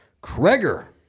Kreger